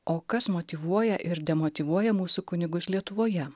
o kas motyvuoja ir demotyvuoja mūsų kunigus lietuvoje